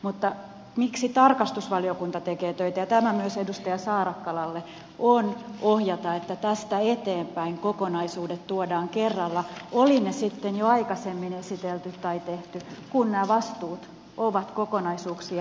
mutta tarkastusvaliokunta tekee töitä ja tämä myös edustaja saarakkalalle sen ohjaamiseksi että tästä eteenpäin kokonaisuudet tuodaan kerralla oli ne sitten jo aikaisemmin esitelty tai tehty ja nämä vastuut ovat kokonaisuuksia